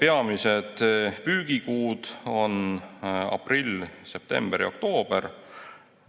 Peamised püügikuud on aprill, september ja oktoober.